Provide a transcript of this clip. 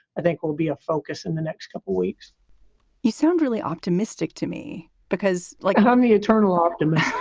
i think will be a focus in the next couple weeks you sound really optimistic to me because like how many eternal optimist?